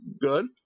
good